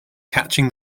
catching